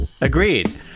Agreed